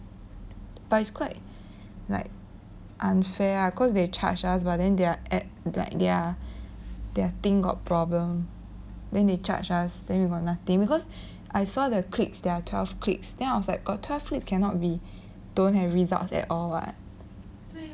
but it's quite like unfair lah cause they charge us but they are ad like their their thing got problem then they charge us then we got nothing because I saw the clicks there are twelve clicks then I was like got twelve clicks cannot be don't have results at all [what]